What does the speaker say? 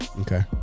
Okay